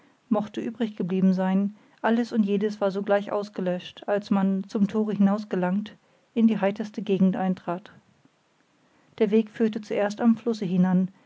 mochte übriggeblieben sein alles und jedes war sogleich ausgelöscht als man zum tore hinausgelangt in die heiterste gegend eintrat der weg führte zuerst am flusse hinan